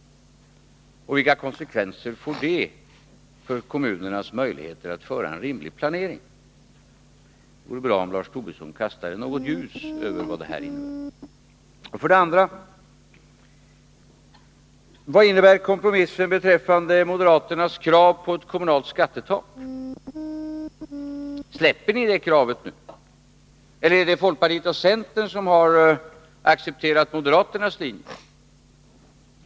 Vilka konsekvenser får det för kommunernas möjligheter att föra en rimlig planering? Det vore bra om Lars Tobisson kastade något ljus över vad allt det här innebär. Vad innebär kompromissen beträffande moderaternas krav på ett kommunalt skattetak? Släpper ni det kravet nu, eller är det folkpartiet och centern som har accepterat moderaternas linje?